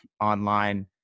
online